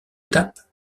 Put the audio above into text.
étape